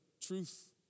truth